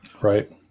Right